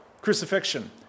crucifixion